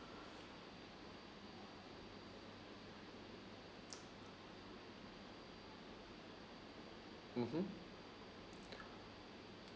mmhmm